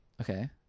okay